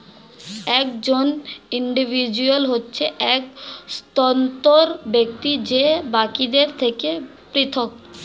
একজন ইন্ডিভিজুয়াল হচ্ছে এক স্বতন্ত্র ব্যক্তি যে বাকিদের থেকে পৃথক